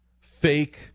fake